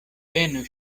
venu